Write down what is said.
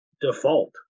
default